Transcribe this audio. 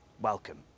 Welcome